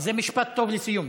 זה משפט טוב לסיום.